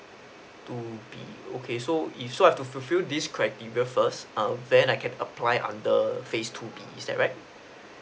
two B okay so is so I've to fulfilled this criteria first um then I can apply under phase two B is that right